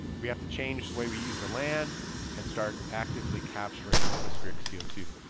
we have to change the way we use the land and start actively capturing atmospheric c o two.